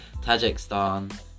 Tajikistan